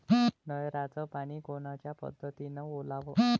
नयराचं पानी कोनच्या पद्धतीनं ओलाव?